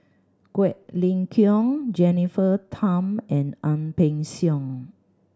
Quek Ling Kiong Jennifer Tham and Ang Peng Siong